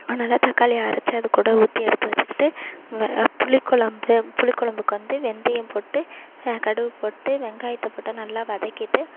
அதனால் தக்காளியை அரைச்சு அதுக்கூட ஊற்றி எடுத்து வச்சுக்கிட்டு புளி குழம்பு புளி குழம்புக்கு வந்து வெந்தயம் போட்டு கடுவு போட்டு வெங்காயத்தை போட்டு நல்லா வதக்கிகிட்டு